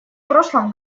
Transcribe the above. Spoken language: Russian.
прошлом